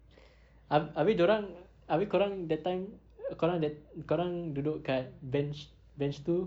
hab~ habis dia orang habis kau orang that time kau orang that kau orang duduk dekat ben~ bench itu